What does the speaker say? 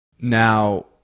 Now